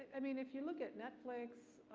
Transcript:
i mean if you look at netflix,